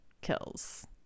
kills